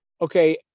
okay